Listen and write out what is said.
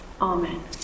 Amen